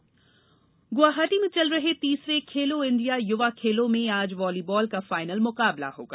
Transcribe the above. खेलो India Guwahati में चल रहे तीसरे खेलो इंडिया युवा खेलों में आज वॉलीबॉल का फाइनल मुकाबला होगा